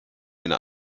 eine